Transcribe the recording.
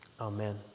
amen